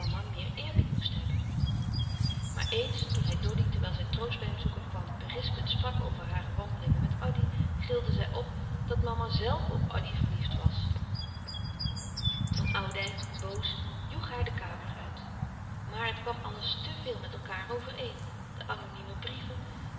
meer eerbied moest hebben maar eens toen hij doddy terwijl zij troost bij hem zoeken kwam berispend sprak over hare wandelingen met addy gilde zij op dat mama zelve op addy verliefd was van oudijck boos joeg haar de kamer uit maar het kwam alles te veel met elkaâr overeen de anonieme brieven